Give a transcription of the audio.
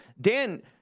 Dan